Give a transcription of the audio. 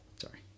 Sorry